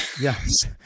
Yes